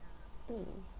mm